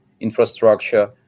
infrastructure